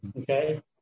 Okay